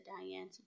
Diane